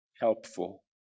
helpful